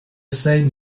same